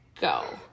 go